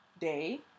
day